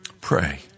Pray